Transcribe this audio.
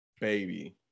Baby